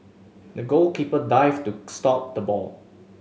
the goalkeeper dived to stop the ball